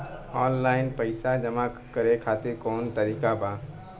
Online पइसा जमा करे खातिर कवन तरीका बा?